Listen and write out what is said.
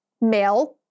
male